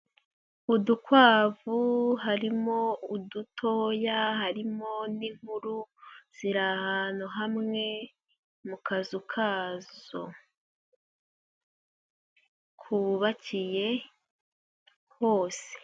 Udukwavu harimo udutoya, harimo n'inkuru, ziri ahantu hamwe, mu kazu kazo. Kubakiye hose.